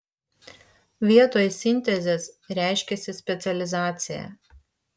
vietoj sintezės reiškiasi specializacija